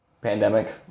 pandemic